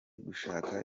gushakwa